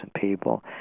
people